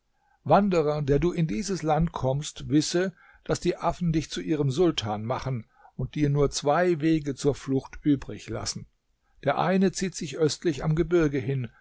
wanderer der du in dieses land kommst wisse daß die affen dich zu ihrem sultan machen und dir nur zwei wege zur flucht übrig lassen der eine zieht sich östlich am gebirge hin